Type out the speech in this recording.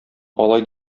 алай